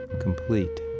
complete